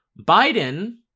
Biden